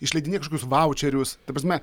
išleidinėja kažkokius vaučerius ta prasme